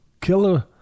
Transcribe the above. killer